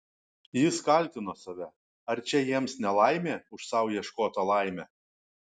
jis kaltino save ar čia jiems nelaimė už sau ieškotą laimę